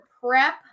prep